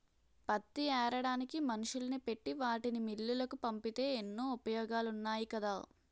పత్తి ఏరడానికి మనుషుల్ని పెట్టి వాటిని మిల్లులకు పంపితే ఎన్నో ఉపయోగాలున్నాయి కదా